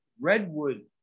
redwood